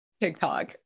TikTok